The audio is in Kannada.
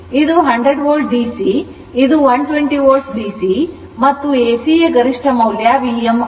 ಇದು 100 volt ಡಿಸಿ ಇದು 120 volt ಡಿಸಿ ಮತ್ತು ಎಸಿ ಗರಿಷ್ಠ ಮೌಲ್ಯ Vm ಆಗಿದೆ